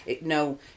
No